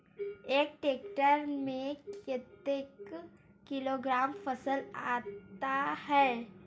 एक टेक्टर में कतेक किलोग्राम फसल आता है?